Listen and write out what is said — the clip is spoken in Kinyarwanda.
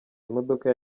imodoka